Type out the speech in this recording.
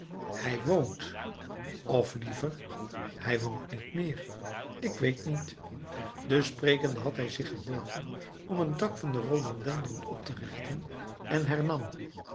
hij woont of liever hij woont niet meer ik weet niet dus sprekende had hij zich gebogen om een tak van den rhododendron op te richten en